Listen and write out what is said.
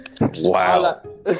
Wow